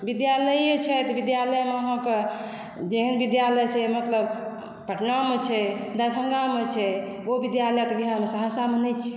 विद्यालये छै तऽ विद्यालयमे अहाँके जेहन विद्यालय छै मतलब पटनामे छै दरभंगामे छै ओ विद्यालय तऽ बिहारमे सहरसामे तऽ नहि छै